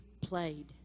played